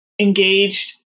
engaged